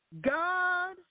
God